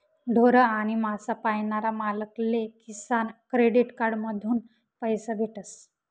ढोर आणि मासा पायनारा मालक ले किसान क्रेडिट कार्ड माधून पैसा भेटतस